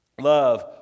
love